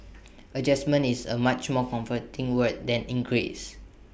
adjustment is A much more comforting word than increase